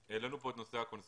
העלינו כאן את נושא הקונסוליות.